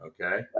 Okay